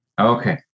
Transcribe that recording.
Okay